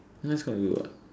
that's quite good what